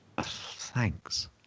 thanks